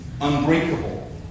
unbreakable